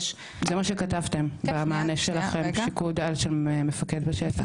יש --- זה מה שכתבתם במענה שלכם "שיקול דעת של מפקד בשטח".